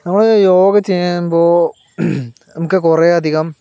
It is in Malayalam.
നമ്മൾ യോഗ ചെയ്യുമ്പോൾ നമുക്ക് കുറേ അധികം